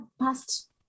past